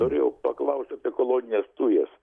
norėjau paklausti apie kolonines tujas